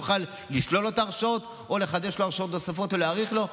והוא יוכל לשלול לו את ההרשאות או לחדש לו הרשאות נוספות ולהאריך לו,